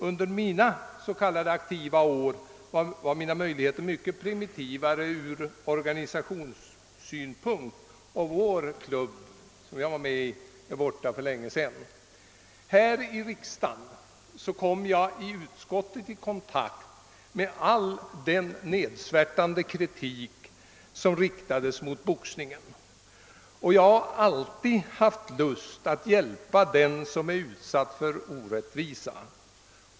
Under mina s.k. aktiva år var möjligheterna mycket mera primitiva från organisationssynpunkt, och den klubb som jag var med i är borta sedan länge. Här i riksdagen kom jag i utskottsarbetet i kontakt med all den nedsvärtande kritik som riktades mot boxningen. Och jag har alltid haft lust att hjälpa den som utsätts för orättvisa.